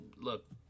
look